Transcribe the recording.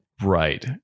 right